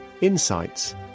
insights